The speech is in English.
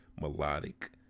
melodic